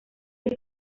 que